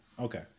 Okay